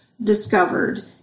discovered